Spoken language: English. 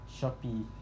Shopee